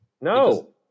No